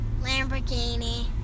Lamborghini